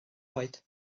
oed